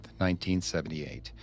1978